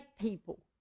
people